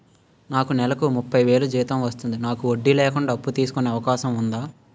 నాకు నేలకు ముప్పై వేలు జీతం వస్తుంది నాకు వడ్డీ లేకుండా అప్పు తీసుకునే అవకాశం ఉందా